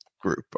group